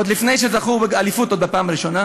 עוד לפני שזכו באליפות בפעם הראשונה,